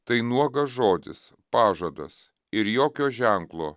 tai nuogas žodis pažadas ir jokio ženklo